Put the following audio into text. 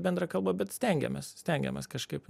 bendrą kalbą bet stengiamės stengiamės kažkaip